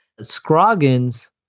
Scroggins